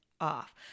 off